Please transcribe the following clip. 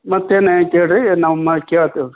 ಮತ್ತೇನು ಕೇಳಿರಿ ನಾವು ಮ ಕೇಳ್ತೇವೆ